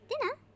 Dinner